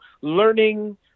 learning